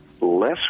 less